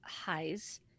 highs